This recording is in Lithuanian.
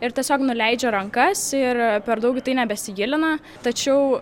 ir tiesiog nuleidžia rankas ir per daug į tai nebesigilina tačiau